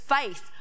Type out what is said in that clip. faith